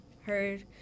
heard